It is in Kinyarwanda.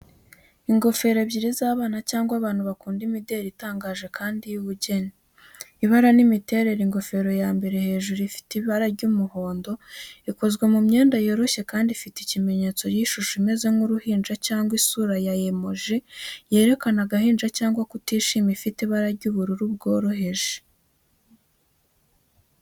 Ingofero ebyiri z’abana cyangwa abantu bakunda imideli itangaje kandi y'ubugeni. Ibara n’imiterere ni ingofero ya mbere hejuru Ifite ibara ry’umuhondo ikozwe mu myenda yoroshye kandi ifite ikimenyetso cy’ishusho imeze nk’uruhinja cyangwa isura ya emoji yerekana agahinda cyangwa kutishima ifite ibara ry’ubururu bworoheje.